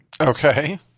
Okay